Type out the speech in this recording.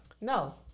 No